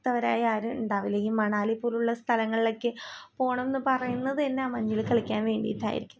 ത്തവരായി ആരും ഉണ്ടാകില്ല മണാലി പോലെയുള്ള സ്ഥലങ്ങളിലേക്ക് പോകണം എന്ന് പറയുന്നതു തന്നെ മഞ്ഞിൽ കളിക്കാൻ വേണ്ടിയിട്ടായിരിക്കും